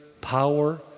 power